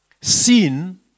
Sin